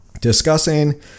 discussing